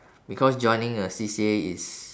because joining a C_C_A is